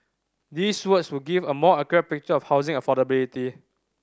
these would would give a more accurate picture of housing affordability